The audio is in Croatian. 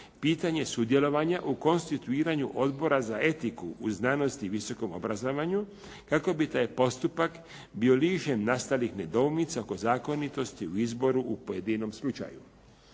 pitanje sudjelovanja u konstituiranju Odbora za etiku u znanosti i visokom obrazovanju kako bi taj postupak bio lišen nastalih nedoumica oko zakonitosti u izboru u pojedinom slučaju.